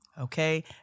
Okay